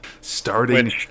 Starting